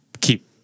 keep